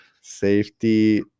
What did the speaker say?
safety